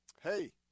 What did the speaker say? Hey